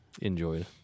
enjoyed